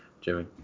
Jimmy